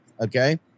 okay